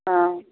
অঁ